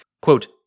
Quote